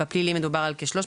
בפלילי מדובר על כ-300,